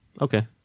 Okay